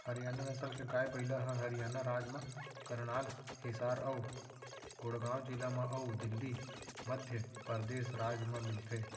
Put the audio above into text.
हरियाना नसल के गाय, बइला ह हरियाना राज म करनाल, हिसार अउ गुड़गॉँव जिला म अउ दिल्ली, मध्य परदेस राज म मिलथे